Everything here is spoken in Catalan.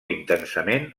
intensament